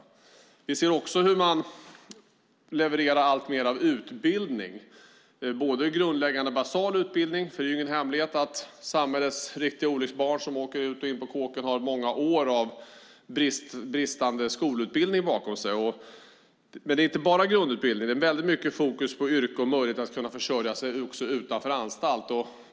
Man levererar också alltmer av utbildning, delvis grundläggande utbildning, för det är ingen hemlighet att samhällets riktiga olycksbarn som åker ut och in på kåken har många år av bristande skolutbildning bakom sig. Men det är inte bara grundutbildning. Det är väldigt mycket fokus på yrke och möjlighet att försörja sig utanför anstalten.